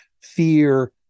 fear